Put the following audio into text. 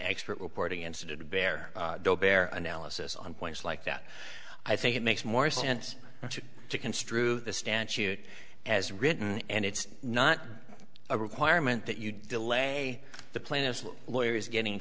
expert reporting incident bear bear analysis on points like that i think it makes more sense to construe the statute as written and it's not a requirement that you delay the plaintiff's lawyers getting